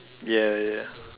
ya ya